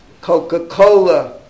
Coca-Cola